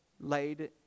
laid